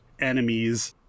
enemies